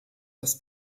das